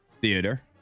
theater